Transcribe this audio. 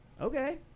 okay